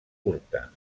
curta